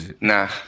nah